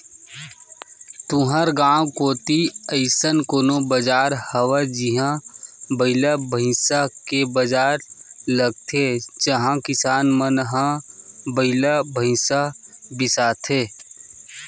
तुँहर गाँव कोती अइसन कोनो बजार हवय जिहां बइला भइसा के बजार लगथे जिहां किसान मन ह बइला भइसा बिसाथे